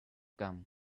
gum